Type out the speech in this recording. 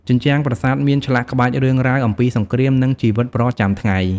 ជញ្ជាំងប្រាសាទមានឆ្លាក់ក្បាច់រឿងរ៉ាវអំពីសង្គ្រាម និងជីវិតប្រចាំថ្ងៃ។